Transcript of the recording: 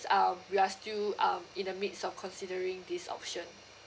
um we are still uh in the midst of considering this option